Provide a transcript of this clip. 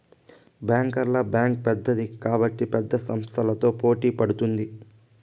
బ్యాంకర్ల బ్యాంక్ పెద్దది కాబట్టి పెద్ద సంస్థలతో పోటీ పడుతుంది